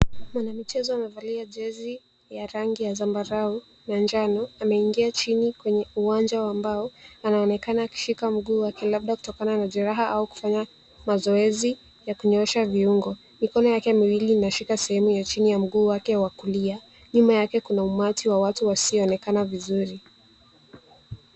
Mwanamichezo amevalia jezi ya rangi ya zambarau na njano, ameingia chini kwenye uwanja wa mbao na anaonekana akishika mguu wake labda kutokana na jeraha au kufanya mazoezi ya kunyoosha viungo. Mikono yake miwili inashika sehemu ya chini ya mguu wake wa kulia. Nyuma yake kuna umati wa watu wasioonekana vizuri.